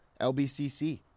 LBCC